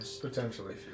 Potentially